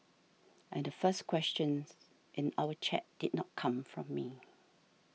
and the first questions in our chat did not come from me